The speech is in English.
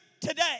today